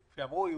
עברנו את כל